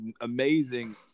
amazing